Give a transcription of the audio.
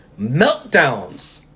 meltdowns